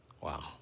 Wow